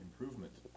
Improvement